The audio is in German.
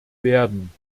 werden